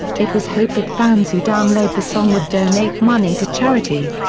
it was hoped that fans who download the song would donate money to charity.